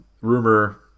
rumor